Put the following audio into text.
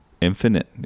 infinite